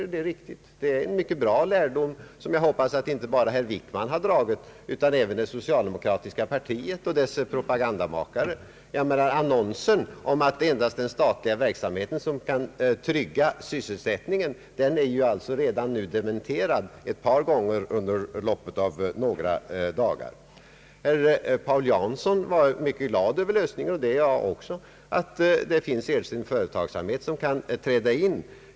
Ja, det är riktigt, och det är en mycket bra lärdom som jag hoppas att inte bara statsrådet Wickman har dragit utan även det socialdemokratiska partiet och dess propagandamakare. Annonsen om att endast den statliga verksamheten kan trygga sysselsättningen har alltså redan nu dementerats ett par gånger under loppet av några dagar. Herr Paul Jansson var mycket glad över lösningen — och det är jag också — att det finns enskild företagsamhet som kan träda in.